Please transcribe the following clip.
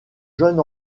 jeune